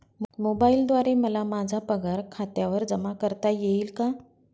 मोबाईलद्वारे मला माझा पगार खात्यावर जमा करता येईल का?